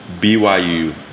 BYU